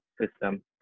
system